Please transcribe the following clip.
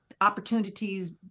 opportunities